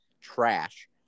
trash